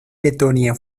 letonia